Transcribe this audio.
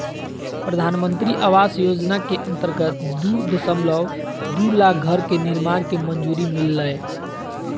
प्रधानमंत्री आवास योजना के अंतर्गत दू दशमलब दू लाख घर के निर्माण के मंजूरी मिललय